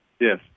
Yes